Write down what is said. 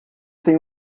tem